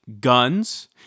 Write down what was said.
guns